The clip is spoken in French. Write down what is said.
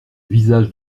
visage